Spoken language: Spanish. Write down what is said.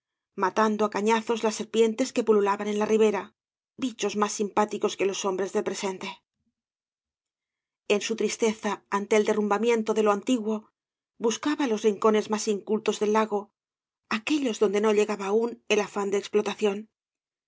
matando á cañazos las serpientes que pululaban en la ribera bichos más simpáticos que los hombres del presente en su tristeza ante el derrumbamiento de lo antiguo buscaba los rincones más incultos del lago aquellos adonde no llegaba aún el afán de explotación